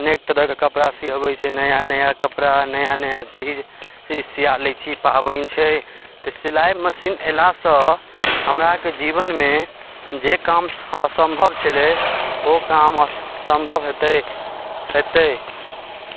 अनेक तरहके कपड़ा सीअबै छै नया नया कपड़ा नया नया चीज सीआ लै छी पाबनि छै तऽ सिलाइ मशीन अयलासँ हमराके जीवनमे जे काम असम्भव छलै ओ काम असम्भव हेतै हेतै